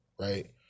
Right